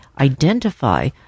identify